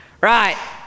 Right